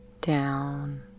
down